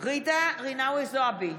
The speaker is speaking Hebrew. ג'ידא רינאוי זועבי,